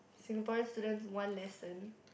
Singaporean students want lesson